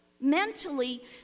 Mentally